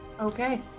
Okay